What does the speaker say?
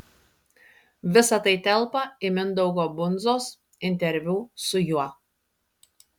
visa tai telpa į mindaugo bundzos interviu su juo